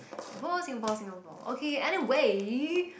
Singapore Singapore Singapore okay anyway